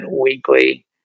weekly